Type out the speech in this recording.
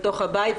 בתוך הבית,